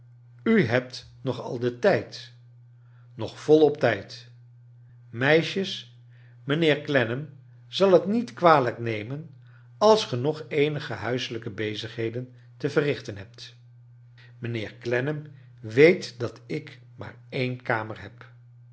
u hebt nog al den tijd nog volop tijd meisjes mijnheer clennam zal het niet kwalijk nemen als ge nog eenige huislijke bezigheden te verrichten hebt mijnheer clennam weet dat ik maar een kamer heb